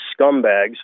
scumbags